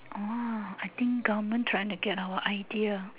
ah I think government trying to get our idea